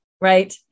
right